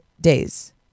days